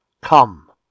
come